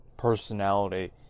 personality